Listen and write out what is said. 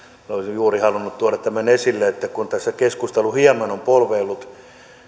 juuri halunnut tuoda tämän esille että kun tässä keskustelu hieman on polveillut